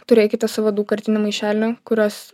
turėkite savo daugkartinį maišelį kuriuos